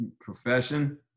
profession